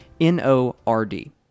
N-O-R-D